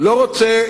לא רוצה